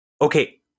okay